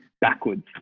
backwards